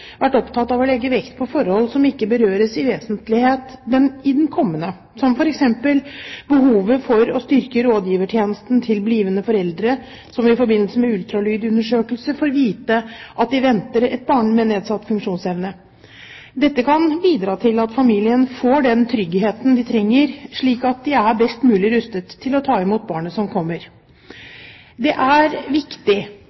vært opptatt av å legge vekt på forhold som ikke berøres i vesentlighet i den kommende proposisjonen, som f.eks. behovet for å styrke rådgivertjenesten til blivende foreldre som i forbindelse med ultralydundersøkelse får vite at de venter et barn med nedsatt funksjonsevne. Dette kan bidra til at familiene får den tryggheten de trenger, slik at de er best mulig rustet til å ta imot barnet som